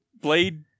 blade